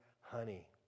honey